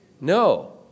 No